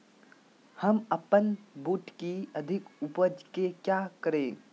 हम अपन बूट की अधिक उपज के क्या करे?